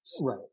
Right